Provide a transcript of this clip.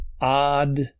odd